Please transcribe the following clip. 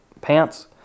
Pants